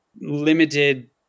limited